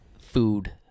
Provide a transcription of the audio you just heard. food